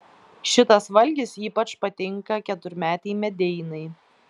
šitas valgis ypač patinka keturmetei medeinai